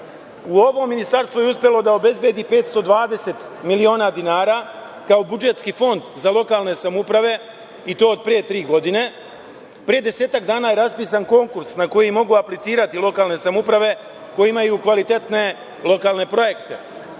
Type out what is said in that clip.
ministarstvo je uspelo da obezbedi 520.000.000 dinara, kao budžetski fond za lokalne samouprave i to od pre tri godine. Pre desetak dana je raspisan konkurs na koji mogu aplicirati lokalne samouprave koje imaju kvalitetne lokalne projekte.